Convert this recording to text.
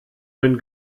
wenn